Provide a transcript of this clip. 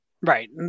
Right